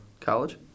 College